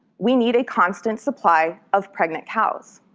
we need a constant supply of pregnant cows.